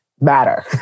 matter